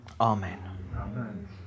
Amen